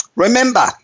Remember